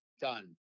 done